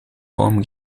home